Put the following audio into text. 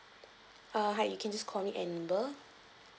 uh hi you can just call me amber